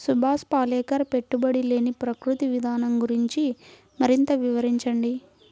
సుభాష్ పాలేకర్ పెట్టుబడి లేని ప్రకృతి విధానం గురించి మరింత వివరించండి